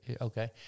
okay